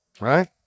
Right